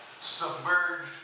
submerged